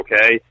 okay